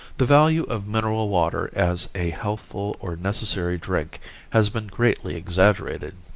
the value of mineral water as a healthful or necessary drink has been greatly exaggerated.